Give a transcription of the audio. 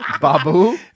Babu